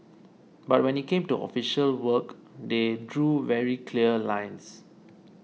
but when it came to official work they drew very clear lines